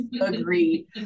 agreed